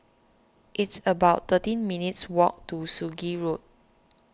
it's about thirteen minutes' walk to Sungei Road